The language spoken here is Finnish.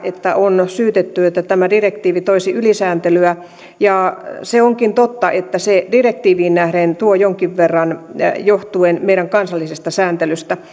kun on syytetty että tämä direktiivi toisi ylisääntelyä se onkin totta että se direktiiviin nähden tuo jonkin verran johtuen meidän kansallisesta sääntelystä